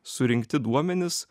surinkti duomenys